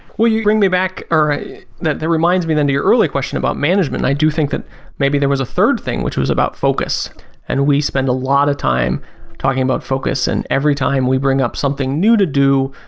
well you bring me back or that reminds me then to your earlier question about management. i do think that maybe there is a third thing which was about focus and we spend a lot of time talking about focus and every time we bring up something new to do,